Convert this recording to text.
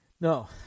no